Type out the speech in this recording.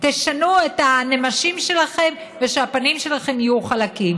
תשנו את הנמשים שלכם ושהפנים שלכם יהיו חלקים,